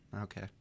Okay